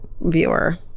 viewer